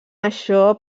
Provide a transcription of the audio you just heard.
això